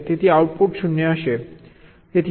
તેથી આઉટપુટ 0 હશે